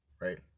right